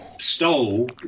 stole